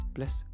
Plus